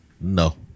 No